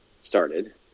started